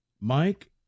Mike